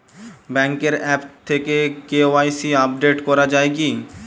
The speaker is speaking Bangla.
ব্যাঙ্কের আ্যপ থেকে কে.ওয়াই.সি আপডেট করা যায় কি?